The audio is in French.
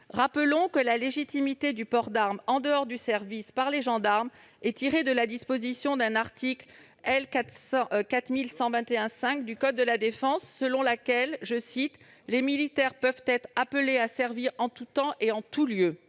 Rappelons que la légitimité du port d'arme en dehors du service par les gendarmes est tirée de l'article L. 4121-5 du code de la défense, aux termes duquel « les militaires peuvent être appelés à servir en tout temps et en tout lieu.